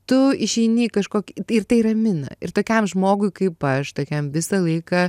tu išeini į kažkokį tai ir tai ramina ir tokiam žmogui kaip aš tokiam visą laiką